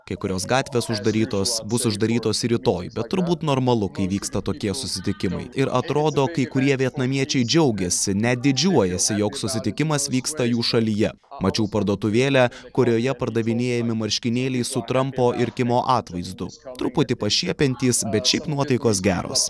kai kurios gatvės uždarytos bus uždarytos rytoj bet turbūt normalu kai vyksta tokie susitikimai ir atrodo kai kurie vietnamiečiai džiaugiasi net didžiuojasi jog susitikimas vyksta jų šalyje mačiau parduotuvėlę kurioje pardavinėjami marškinėliai su trampo ir kimo atvaizdu truputį pašiepiantys bet šiaip nuotaikos geros